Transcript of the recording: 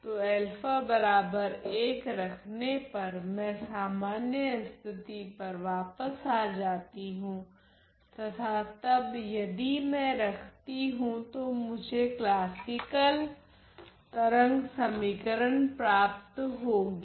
तो रखने पर मैं सामान्य स्थिति पर वापस आ जाती हूँ तथा तब यदि मैं रखती हूँ तो मुझे क्लासिकल तरंग समीकरण प्राप्त होगी